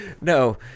No